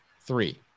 three